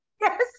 Yes